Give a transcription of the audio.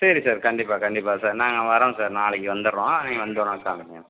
சரி சார் கண்டிப்பாக கண்டிப்பாக சார் நாங்கள் வரோம் சார் நாளைக்கு வந்துட்றோம் நீங்கள் வந்தோவுன்னே காமிங்க